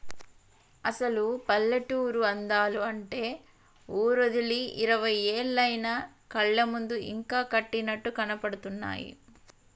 అసలు పల్లెటూరి అందాలు అంటే ఊరోదిలి ఇరవై ఏళ్లయినా కళ్ళ ముందు ఇంకా కట్టినట్లు కనబడుతున్నాయి